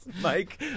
Mike